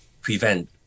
prevent